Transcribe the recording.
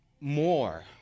more